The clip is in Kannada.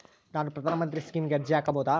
ನಾನು ಪ್ರಧಾನ ಮಂತ್ರಿ ಸ್ಕೇಮಿಗೆ ಅರ್ಜಿ ಹಾಕಬಹುದಾ?